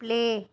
play